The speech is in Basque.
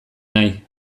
nahi